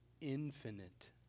infinite